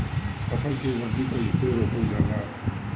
फसल के वृद्धि कइसे रोकल जाला?